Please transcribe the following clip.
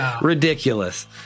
ridiculous